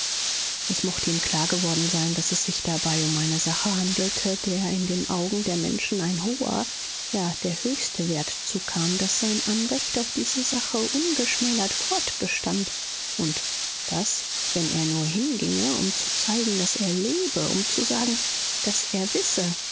es mochte ihm klar geworden sein daß es sich dabei um eine sache handelte der in den augen der menschen ein hoher ja der höchste wert zukam daß sein anrecht auf diese sache ungeschmälert fortbestand und daß wenn er nur hinginge um zu zeigen daß er lebe um zu sagen daß er wisse